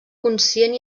conscient